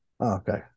Okay